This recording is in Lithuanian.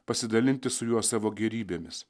pasidalinti su juo savo gėrybėmis